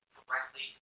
correctly